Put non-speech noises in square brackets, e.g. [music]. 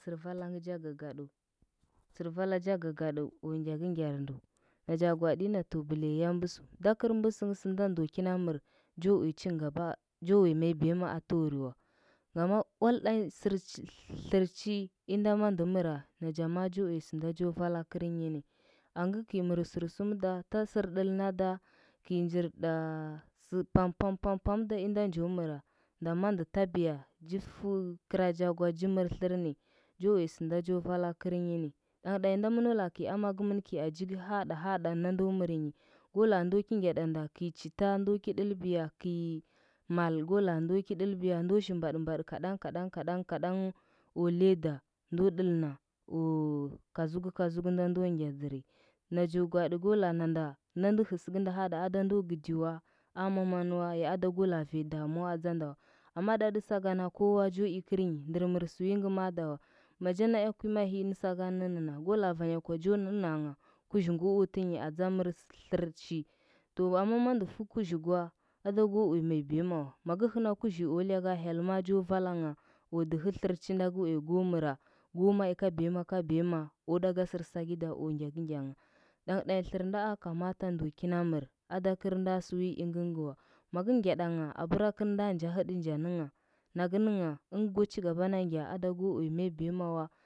Sɚr valaja gagaɗu naja gwaɗi yana bɚliya ya mbɚsɚu da kɚr mbɚsɚngh sɚnda ndo kina mar ja wbu a gaba jo uya mai biyama uteyɚ wa gama ual ɗanyi [unintelligible] tlɚrchi mamaa tɚ mana naja a uya sɚnda jo yala yiri ɚngɚ kɚr mɚr sɚnsum da n sɚu ɗɚi nda da, vɚi ngir [unintelligible] sɚ pam, pam pam da inda njo mɚga nda mandɚ tabiȝa ji fu gorojo gwa ji mɚy tlɚr ni jo ugo sɚnda jo vala kɚrnyi ni dang ɗanyi nda mɚno laa kɚi aji hahɗa hahɗu nda ndo ki ngyal tamdo kɚi chilo ndo ki dɚibiya kɚi ma go ba ndo ki ɗɚlbiya ndo shi mbodi mbodi kaɗang kaɗang kaɗang kaɗang o heda ndo ɗɚlnda o kadzuu kodzuk nda ndo ngya dzɚri najo gwaɗi ka laa nanda nda ndɚ ha sɚkɚndo hahɗa ada ndo gɚdi wa amaman kay a ada ko laa vanya damuwa amma ɗaɗi sokana kowa jo i kɚrnyi ndɚr mɚrsɚ wingɚ a adawa maja naea kui mahii nɚ saka nɚnnɚna go laa vanya gwa cho n nangha kuzhi ngɚ o tɚ nyi atsa mɚr tlɚrchi to amma ma ndɚ fu kuzhi kwa ada go uya mai biyama wa magɚ hɚnda kuzhu o hyaka hyel ma jo valangha o dɚhɚ tlɚrchi nda go uya mɚra, ko mai ka biyama kabiyama o ɗa a sɚ sakida o ngyakɚngyangha daungtanyi tlɚrnda a kamata ada kɚrnda sɚ wi ingɚngɚwa maku ngyaɗangha kɚrnda nja nja nɚngha ɚngɚ tanyi go ngya tangha ako uya mai biyama wa.